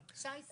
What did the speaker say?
שי סומך.